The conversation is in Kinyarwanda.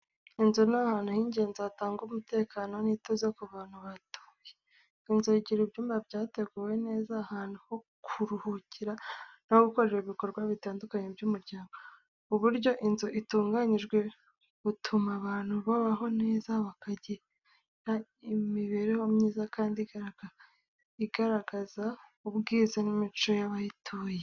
Inzu ni ahantu h'ingenzi hatanga umutekano n’ituze ku bantu batuye. Inzu igira ibyumba byateguwe neza, ahantu ho kuruhukira no gukorera ibikorwa bitandukanye by'umuryango. Uburyo inzu itunganijwe butuma abantu babaho neza, bakagira imibereho myiza, kandi igaragaza ubwiza n’imico y’abayituye.